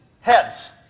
heads